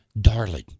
darling